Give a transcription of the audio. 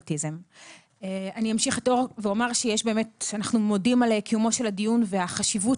אני אמשיך את אור ואומר שאנחנו מודים על קיומו של הדיון והחשיבות